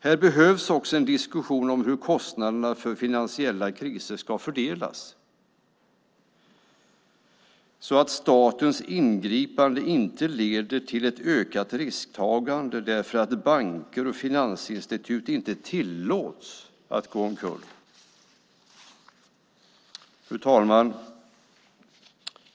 Här behövs också en diskussion om hur kostnaderna för finansiella kriser ska fördelas så att statens ingripande inte leder till ett ökat risktagande för att banker och finansinstitut inte tillåts gå omkull. Fru talman!